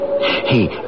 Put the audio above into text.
Hey